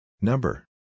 Number